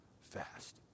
fast